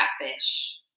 catfish